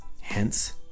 hence